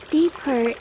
Deeper